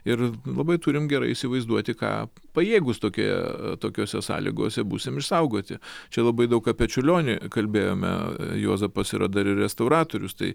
ir labai turim gerai įsivaizduoti ką pajėgūs tokioje tokiose sąlygose būsim išsaugoti čia labai daug apie čiurlionį kalbėjome juozapas yra dar ir restauratorius tai